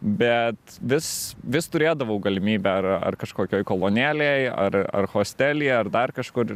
bet vis vis turėdavau galimybę ar ar kažkokioj kolonėlėj ar ar hostelyje ar dar kažkur